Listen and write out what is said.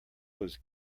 was